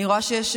אני רואה שיש